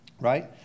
right